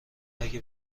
اگه